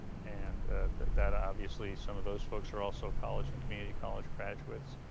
and that obviously some of those folks are also college and community college graduates.